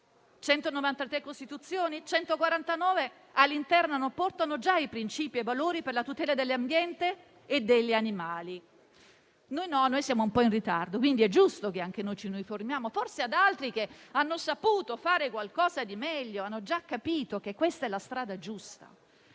193 costituzioni, 149 di esse al loro interno portano già i principi e valori della tutela dell'ambiente e degli animali. Noi no, noi siamo un po' in ritardo. Quindi è giusto che anche noi ci uniformiamo a coloro che forse hanno saputo fare qualcosa di meglio e hanno già capito che questa è la strada giusta.